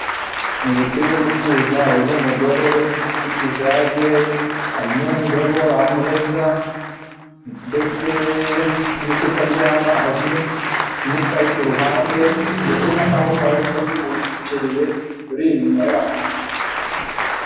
Ni butike yo gucururiza irimo umugore ufite ijage, harimo indobo, ameza, ndetse n'icupa ry'amazi, n'ikayi ku ruhande, ndetse n'akaboko k'undi mukiriye uri inyuma yaho.